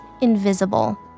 invisible